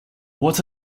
what